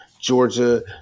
Georgia